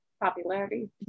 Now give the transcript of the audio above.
popularity